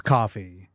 Coffee